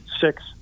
six